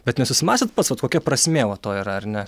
bet nesusimąstėt pats vat kokia prasmė va to yra ar ne